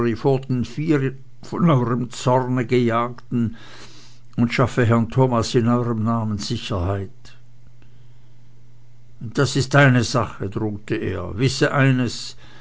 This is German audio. von euerm zorne gejagten und schaffe herrn thomas in euerm namen sicherheit das ist deine sache drohte er wisse eines